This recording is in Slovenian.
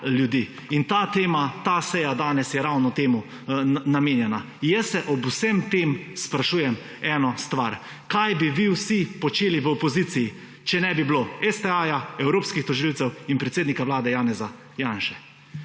In ta tema, ta seja danes je ravno temu namenjena. Jaz se ob vsem tem sprašujem eno stvar. Kaj bi vi vsi počeli v opoziciji, če ne bi bilo STA, evropskih tožilcev in predsednika vlade Janeza Janše.